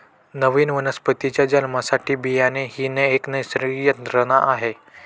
नवीन वनस्पतीच्या जन्मासाठी बियाणे ही एक नैसर्गिक यंत्रणा आहे